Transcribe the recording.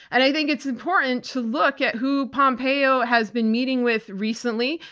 and i think it's important to look at who pompeo has been meeting with recently,